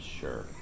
Sure